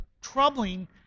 troubling